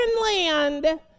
land